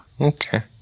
Okay